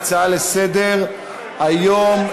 כהצעה לסדר-היום,